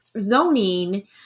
zoning